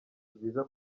byiza